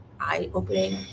eye-opening